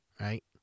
Right